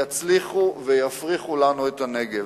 יצליחו ויפריחו לנו את הנגב.